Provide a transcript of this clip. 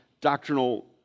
doctrinal